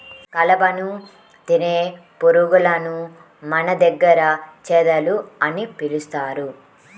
కలపను తినే పురుగులను మన దగ్గర చెదలు అని పిలుస్తారు